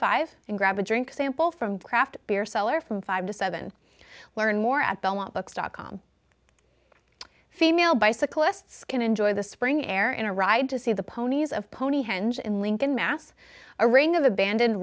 five and grab a drink sample from craft beer seller from five to seven learn more at belmont books dot com female bicyclists can enjoy the spring air in a ride to see the ponies of pony henge in lincoln mass a ring of abandoned